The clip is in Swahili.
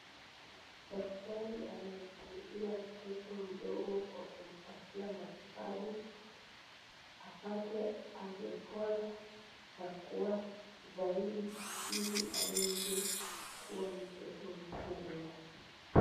Daktari anamsaidia mtoto mdogo kwa kumpatia matibabu, apate afya bora na kukua zaidi, ili aweze kuwa mtoto mkubwa.